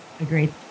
Agreed